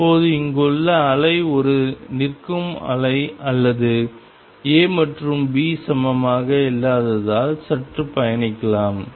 இப்போது இங்குள்ள அலை ஒரு நிற்கும் அலை அல்லது A மற்றும் B சமமாக இல்லாததால் சற்று பயணிக்கலாம்